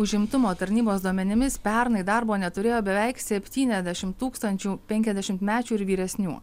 užimtumo tarnybos duomenimis pernai darbo neturėjo beveik septyniasdešimt tūkstančių penkiasdešimtmečių ir vyresnių